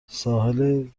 ساحل